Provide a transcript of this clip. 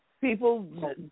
people